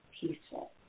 peaceful